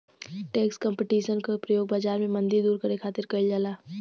tax competition क प्रयोग बाजार में मंदी दूर करे खातिर कइल जाला